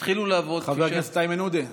התחילו לעבוד, חבר הכנסת איימן עודה,